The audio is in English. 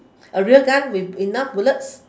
a real gun with enough bullets